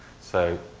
so,